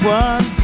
one